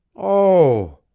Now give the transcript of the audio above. oh!